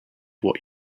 what